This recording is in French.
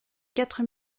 quatre